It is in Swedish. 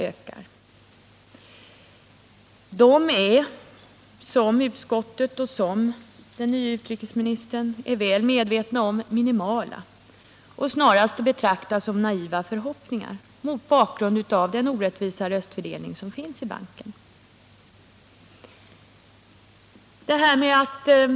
Dessa är, som utskottet och den nye utrikesministern är väl medvetna om, minimala och snarast att betrakta som naiva förhoppningar mot bakgrund av den orättvisa röstfördelning som finns i banken.